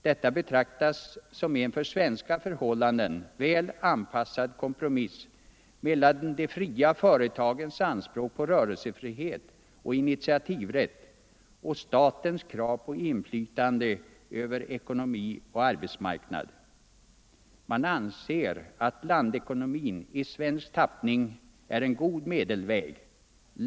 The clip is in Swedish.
Detta betraktas som en till svenska förhållanden väl anpassad kompromiss mellan de fria företagens anspråk på rörelsefrihet och initiativrätt och statens krav på inflytande över ekonomi och arbetsmarknad. Man anser att blandekonomin i svensk tappning är en god medelväg.